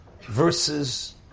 versus